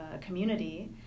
community